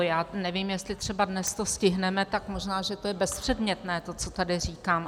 Já nevím, jestli třeba dnes to stihneme, tak možná je bezpředmětné to, co tady říkám.